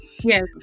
Yes